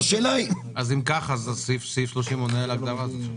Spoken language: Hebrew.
אם כך, אז סעיף 30 עונה על המטרה הזאת.